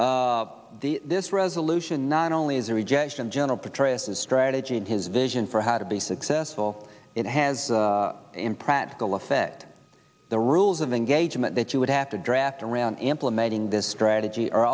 now this resolution not only is a rejection of general petraeus his strategy and his vision for how to be successful it has in practical effect the rules of engagement that you would have to draft around implementing this strategy